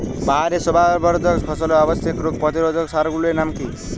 বাহারী শোভাবর্ধক ফসলের আবশ্যিক রোগ প্রতিরোধক সার গুলির নাম কি কি?